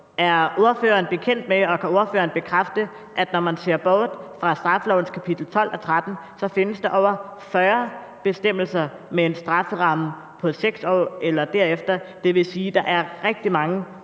Er ordføreren bekendt med, og kan ordføreren bekræfte, at når man ser bort fra straffelovens kapitel 12 og 13, så findes der over 40 bestemmelser med en strafferamme på 6 år eller derover, hvilket vil sige, at der er rigtig mange